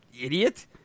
idiot